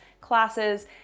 classes